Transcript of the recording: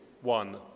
one